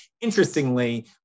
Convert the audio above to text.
Interestingly